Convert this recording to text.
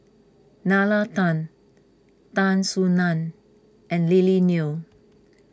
Nalla Tan Tan Soo Nan and Lily Neo